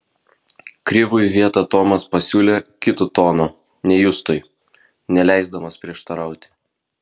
krivui vietą tomas pasiūlė kitu tonu nei justui neleisdamas prieštarauti